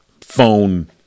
phone